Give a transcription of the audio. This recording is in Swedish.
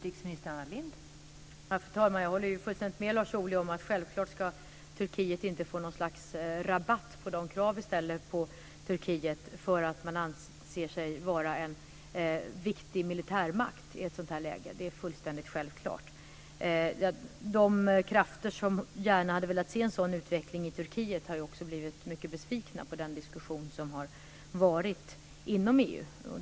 Fru talman! Jag håller fullständigt med Lars Ohly om att det är självklart att Turkiet inte ska få något slags rabatt på de krav vi ställer på Turkiet därför att landet anser sig vara en viktig militärmakt i detta läge. Det är fullständigt självklart. De krafter som gärna hade velat se en sådan utveckling i Turkiet har också blivit mycket besvikna på den diskussion som har varit inom EU.